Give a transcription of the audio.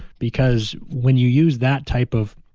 because when you use that type of,